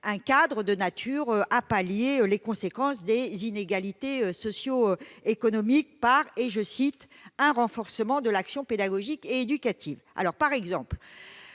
un cadre de nature à pallier les conséquences des inégalités socio-économiques par « un renforcement de l'action pédagogique et éducative ».